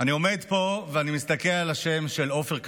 אני עומד פה ואני מסתכל על השם של עופר כסיף,